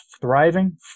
thriving